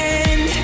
end